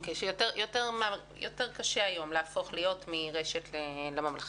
כלומר יותר קשה היום להפוך להיות מרשת לחינוך ממלכתי.